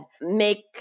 make